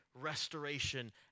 restoration